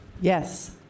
Yes